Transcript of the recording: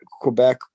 Quebec